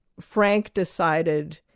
frank decided,